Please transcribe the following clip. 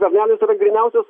skvernelis yra gryniausias